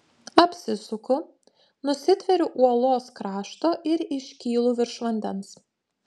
apsisuku nusitveriu uolos krašto ir iškylu virš vandens